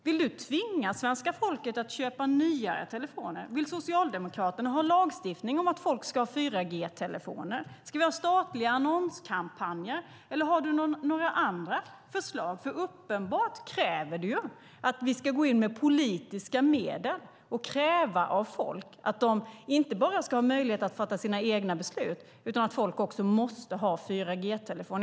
Vill du tvinga svenska folket att köpa nyare telefoner? Vill Socialdemokraterna ha en lagstiftning om att folk ska ha 4G-telefoner? Ska vi ha statliga annonskampanjer, eller har du några andra förslag? Uppenbarligen kräver du nämligen att vi ska gå in med politiska medel och inte bara kräva av folk att de ska ha möjlighet att fatta sina egna beslut utan också att de måste ha 4G-telefoner.